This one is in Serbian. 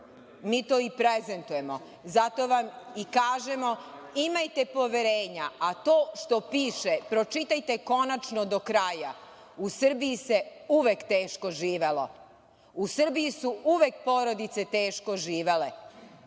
mi to i prezentujemo. Zato vam i kažemo – imajte poverenja. A to što piše, pročitajte konačno do kraja. U Srbiji se uvek teško živelo. U Srbiji su uvek porodice teško živele.